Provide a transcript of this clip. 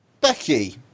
becky